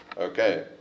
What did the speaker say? okay